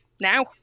now